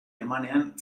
emanean